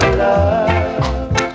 love